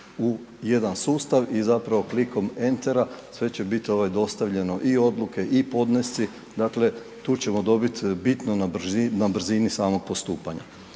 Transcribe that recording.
u jedan sustav i zapravo klikom entera sve će bit ovaj dostavljano i odluke i podnesci, dakle tu ćemo dobiti bitno na brzini samog postupanja.